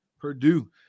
Purdue